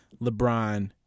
LeBron